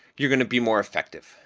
you're going to be more effective.